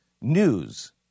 news